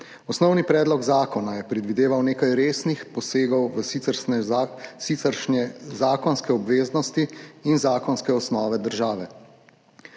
Osnovni predlog zakona je predvideval nekaj resnih posegov v siceršnje zakonske obveznosti in zakonske osnove države,